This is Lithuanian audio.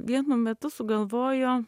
vienu metu sugalvojo